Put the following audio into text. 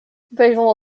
visual